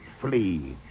Flee